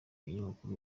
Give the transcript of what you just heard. umunyamakuru